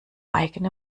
eigene